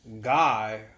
guy